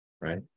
Right